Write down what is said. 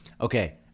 Okay